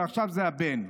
ועכשיו זה הבן.